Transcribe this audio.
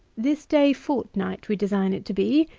this day fortnight we design it to be,